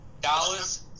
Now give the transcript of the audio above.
Dallas